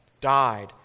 died